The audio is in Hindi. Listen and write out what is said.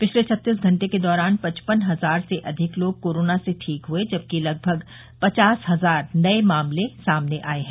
पिछले छत्तीस घंटे के दौरान पचपन हजार से अधिक लोग कोरोना से ठीक हुए जबकि लगभग पचास हजार नए मामले सामने आए हैं